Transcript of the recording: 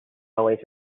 always